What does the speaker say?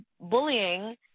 bullying